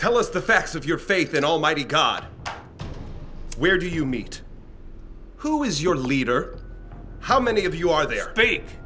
tell us the facts of your faith in almighty god where do you meet who is your leader how many of you are there brea